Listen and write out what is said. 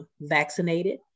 vaccinated